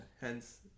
hence